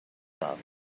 thought